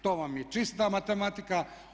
To vam je čista matematika.